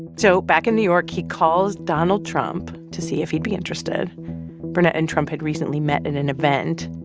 so back in new york, he calls donald trump to see if he'd be interested burnett and trump had recently met in an event.